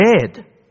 dead